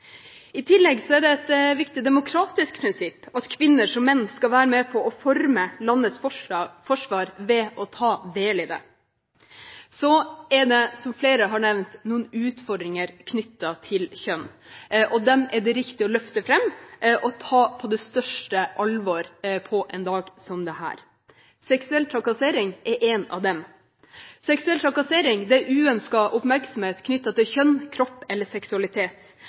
I tillegg er det et viktig demokratisk prinsipp at kvinner som menn skal være med på å forme landets forsvar ved å ta del i det. Så er det, som flere har nevnt, noen utfordringer knyttet til kjønn, og dem er det riktig å løfte fram og ta på største alvor på en dag som denne. Seksuell trakassering er en av dem. Seksuell trakassering er uønsket oppmerksomhet knyttet til kjønn, kropp eller seksualitet,